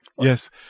Yes